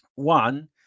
One